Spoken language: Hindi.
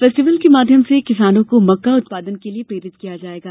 फेस्टिवल के माध्यम से किसानों को मक्का उत्पादन के लिये प्रेरित किया जाएगा